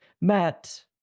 matt